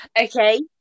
Okay